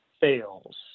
fails